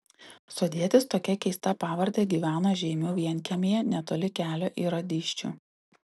sodietis tokia keista pavarde gyveno žeimių vienkiemyje netoli kelio į radyščių